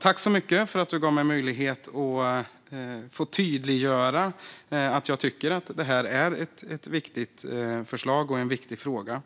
Tack så mycket, Anna-Caren Sätherberg, för att du gav mig möjlighet att få tydliggöra att jag tycker att det är ett viktigt förslag och en viktig fråga.